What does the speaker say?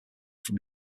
from